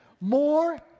More